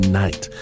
night